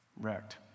wrecked